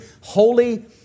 holy